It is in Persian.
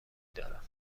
دارم